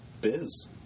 biz